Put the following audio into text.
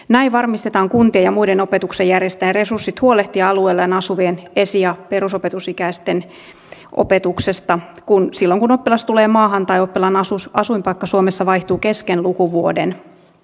näin varmistetaan kuntien ja muiden opetuksen järjestäjien resurssit huolehtia alueellaan asuvien esi ja perusopetusikäisten opetuksesta silloin kun oppilas tulee maahan tai oppilaan asuinpaikka suomessa vaihtuu kesken lukuvuoden